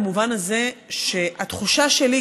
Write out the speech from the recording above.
במובן הזה שהתחושה שלי,